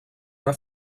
una